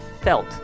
Felt